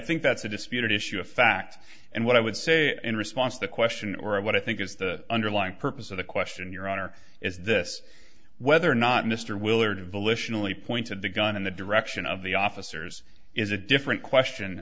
think that's a disputed issue of fact and what i would say in response to the question or i what i think is the underlying purpose of the question your honor is this whether or not mr willard volitionally pointed the gun in the direction of the officers is a different question